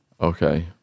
Okay